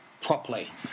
properly